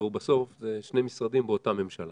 בסוף זה שני משרדים באותה ממשלה